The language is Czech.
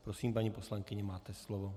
Prosím, paní poslankyně, máte slovo.